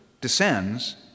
descends